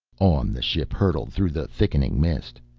on the ship hurtled through the thickening mist.